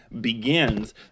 begins